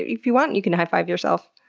if you want, you can high five yourself.